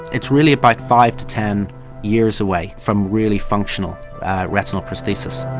it's really about five to ten years away from really functional retinal prothesis.